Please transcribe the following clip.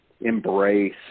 embrace